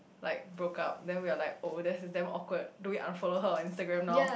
like broke up then we are like oh this is damn awkward do we unfollow her on Instagram now